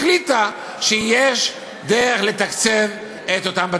החליטה שיש דרך לתקצב את אותם בתי-ספר.